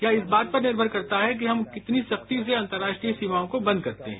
यह इस बात पर निर्भर करता है कि हम कितनी सख्ती से अंतर्राष्ट्रीय सीमाओं को बंद करते हैं